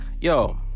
yo